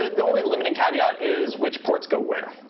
the only limiting caveat is which ports go where.